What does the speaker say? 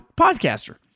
podcaster